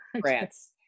France